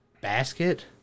basket